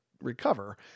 recover